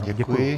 Děkuji.